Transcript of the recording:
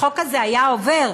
החוק הזה היה עובר.